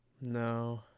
No